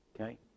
Okay